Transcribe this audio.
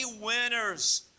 winners